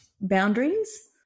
boundaries